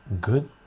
good